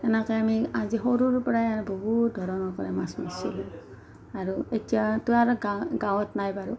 সেনেকৈ আমি আজি সৰুৰ পৰাই বহুত ধৰণৰ কৰে মাছ মাৰিছিলোঁ আৰু এতিয়াতো আৰু গাঁও গাঁৱত নাই বাৰু